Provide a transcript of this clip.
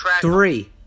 Three